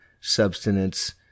substance